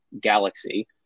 galaxy